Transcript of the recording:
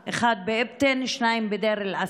אחד, אחד באבטין ושניים בדיר אל-אסד.